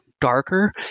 darker